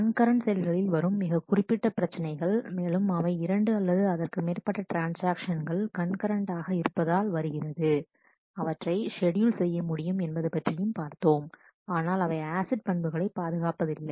concurrent செயல்களில் வரும் மிக குறிப்பிட்ட பிரச்சினைகள் மேலும் அவை இரண்டு அல்லது அதற்கு மேற்பட்ட ட்ரான்ஸ்ஆக்ஷன்கள் கண்கரண்ட் ஆக இருப்பதால் வருகிறது அவற்றை ஷெட்யூல் செய்ய முடியும் என்பது பற்றியும் பார்த்தோம் ஆனால் அவை ஆசிட் பண்புகளை பாதுகாப்பதில்லை